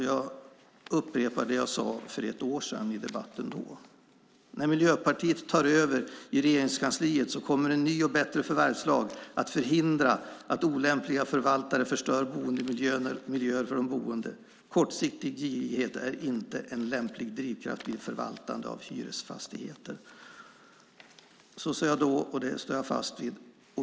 Jag upprepar det jag sade för ett år sedan i debatten: När Miljöpartiet tar över i Regeringskansliet kommer en ny och bättre förvärvslag att förhindra att olämpliga förvaltare förstör boendemiljöer för de boende. Kortsiktig girighet är inte en lämplig drivkraft vid förvaltande av hyresfastigheter. Så sade jag då, och det står jag fast vid.